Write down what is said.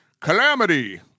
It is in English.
calamity